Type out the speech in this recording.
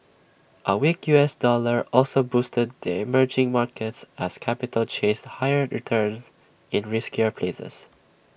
A weak U S dollar also boosted the emerging markets as capital chased higher returns in riskier places